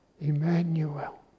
Emmanuel